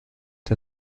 der